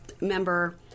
member